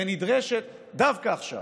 ונדרשת דווקא עכשיו,